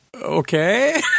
Okay